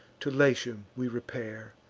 to latium we repair,